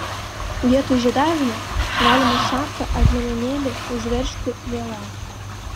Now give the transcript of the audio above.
vietoj žiedavimo galima šaką ar liemenėlį užveržti viela